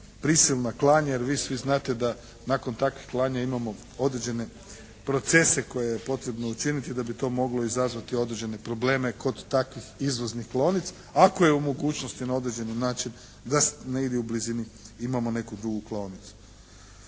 prisilna klanja, jer vi svi znate da nakon takvih klanja imamo određene procese koje je potrebno učiniti, da bi to moglo izazvati određene probleme kod takvih izvoznih klaonica, ako je u mogućnosti na određeni način da negdje u blizini imamo neku drugu klaonicu.